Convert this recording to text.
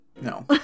no